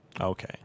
Okay